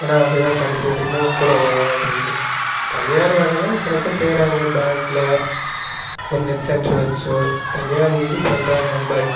ஏன்னா அது தான் கடைசி வரைக்கும் கூட வரும் அப்டின்னு தனியார் வேலையெல்லாம் சில பேர் செய்கிறாங்க பேங்கில் ஒரு நெட் சென்டர் வச்சோ தனியாக அதை இது பண்ணுறாங்க பட்